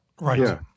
right